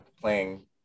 playing